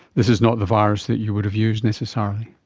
this is not the virus that you would have used necessarily.